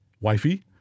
wifey